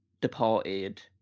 departed